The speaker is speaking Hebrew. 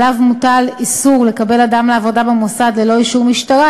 שעליו מוטל איסור לקבל אדם לעבודה במוסד ללא אישור משטרה,